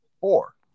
Four